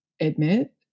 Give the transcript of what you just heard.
admit